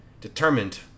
Determined